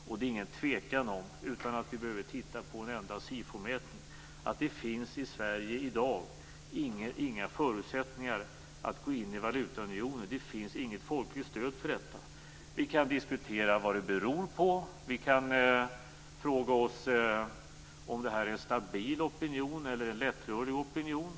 Och det råder ingen tvekan om, utan att vi behöver titta på en enda SIFO-mätning, att det i Sverige i dag inte finns några förutsättningar för att gå in i valutaunionen. Det finns inget folkligt stöd för detta. Vi kan diskutera vad detta beror på. Vi kan fråga oss om det här är en stabil eller en lättrörlig opinion.